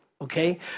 Okay